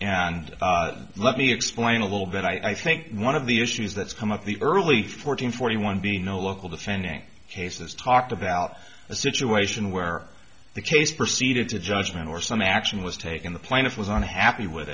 and let me explain a little bit i think one of the issues that's come up the early fourteen forty one being the local defending cases talked about a situation where the case proceeded to judgment or some action was taken the plaintiff was unhappy with